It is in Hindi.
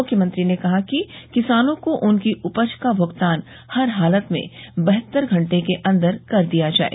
मुख्यमंत्री ने कहा कि किसानों को उनकी उपज का भुगतान हर हालत में बहत्तर घंटे के अन्दर कर दिया जाये